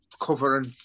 covering